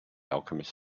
alchemist